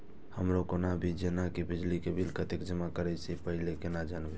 हमर कोनो भी जेना की बिजली के बिल कतैक जमा करे से पहीले केना जानबै?